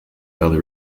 early